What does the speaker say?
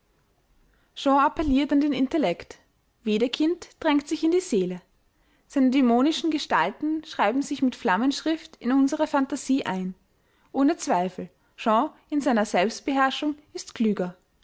shaw appelliert an den intellect wedekind drängt sich in die seele seine dämonischen gestalten schreiben sich mit flammenschrift in unsere phantasie ein ohne zweifel shaw in seiner selbstbeherrschung ist klüger